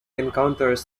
encounters